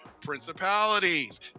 principalities